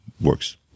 works